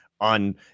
on